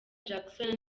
jackson